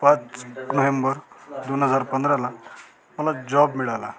पाच नोहेंबर दोन हजार पंधराला मला जॉब मिळाला